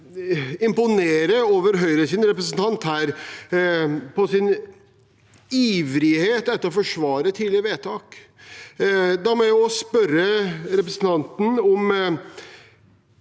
meg imponere over Høyres representant og hans iver etter å forsvare tidligere vedtak. Da må jeg spørre representanten